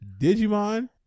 Digimon